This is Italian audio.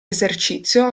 esercizio